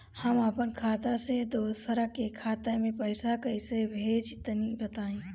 हम आपन खाता से दोसरा के खाता मे पईसा कइसे भेजि तनि बताईं?